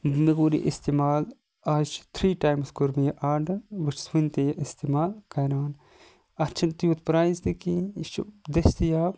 مےٚ کوٚر یہِ اِستعمال آز چھُ تھری ٹایمَس کوٚر مےٚ یہِ آرڈَر بہٕ چھُس وٕنہِ تہِ یہِ اِستعمال کَران اَتھ چھُنہٕ تیوت پرَیز تہِ کِہیٖنۍ یہِ چھُ دستِیاب